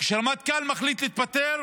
כשהרמטכ"ל מחליט להתפטר